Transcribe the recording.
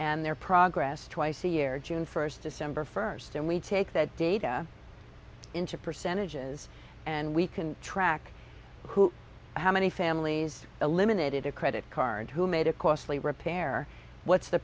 and their progress twice a year june first december first and we take that data into percentages and we can track who how many families eliminated a credit card who made a costly repair what's the